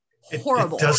horrible